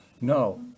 No